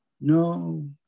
No